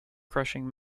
crushing